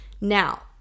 Now